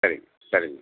சரிங்க சரிங்க